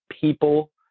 people